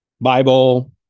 Bible